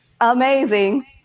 amazing